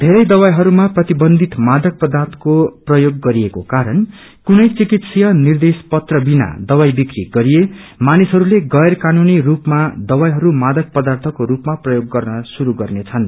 बेरै दवाईहरूमा प्रतिबन्धित मादक पदार्थको प्रयोग गरिएको कारण कुनै चिकित्सीय निर्देश पत्र बिना दवाई विक्री गरिए मानिसहरूले गैर कानूनी रूपामा दवाईहरू मादक पदार्थको रूपमा प्रयोग गर्न शुरू गर्नेछन्